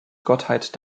gottheit